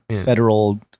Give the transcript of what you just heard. federal